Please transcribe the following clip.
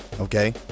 okay